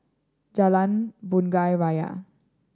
Jalan Bunga Raya